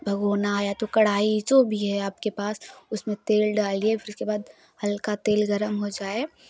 भगौना आया तो कढ़ाई जो भी है जो भी है आपके पास उसमें तेल डालिए फिर उसके बाद हल्का तेल गर्म हो जाए